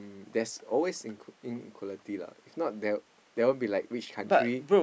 there's always in inequality lah if not there won't be like rich country